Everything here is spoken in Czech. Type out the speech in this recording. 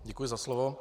Děkuji za slovo.